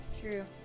True